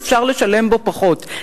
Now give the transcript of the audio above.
שאפשר לשלם בו פחות.